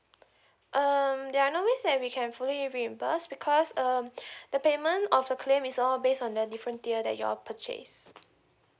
um they are normally say we can fully reimburse because um the payment of the claim is all based on the different tier that your purchase